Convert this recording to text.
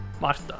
Marta